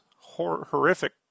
horrific